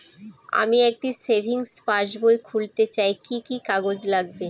আমি একটি সেভিংস পাসবই খুলতে চাই কি কি কাগজ লাগবে?